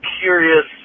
curious